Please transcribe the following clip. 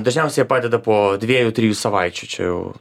dažniausia jie padeda po dviejų trijų savaičių čia jau